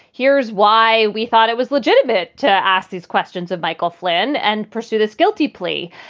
here's why we thought it was legitimate to ask these questions of michael flynn and pursue this guilty plea.